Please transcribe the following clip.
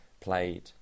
played